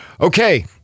Okay